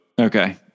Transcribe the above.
Okay